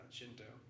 Shinto